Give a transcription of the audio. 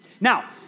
Now